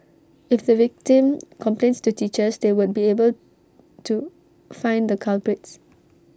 if the victim complains to teachers they won't be able to find the culprits